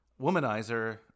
womanizer